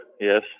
yes